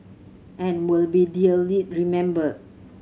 and will be dearly remembered